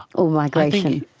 or migration.